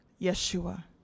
Yeshua